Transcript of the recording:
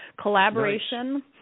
collaboration